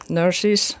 nurses